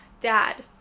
Dad